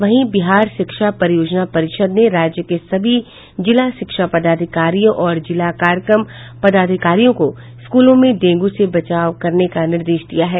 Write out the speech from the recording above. वहीं बिहार शिक्षा परियोजना परिषद ने राज्य के सभी जिला शिक्षा पदाधिकारियों और जिला कार्यक्रम पदाधिकारियों को स्कूलों में डेंगू से बचाव करने का निर्देश दिया है